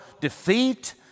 defeat